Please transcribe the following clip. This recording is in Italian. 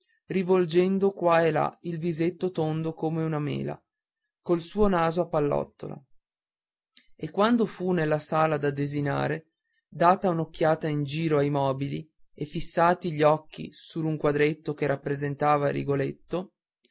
rivolgendo qua e là il visetto tondo come una mela col suo naso a pallottola e quando fu nella sala da desinare data un'occhiata in giro ai mobili e fissati gli occhi sur un quadretto che rappresenta rigoletto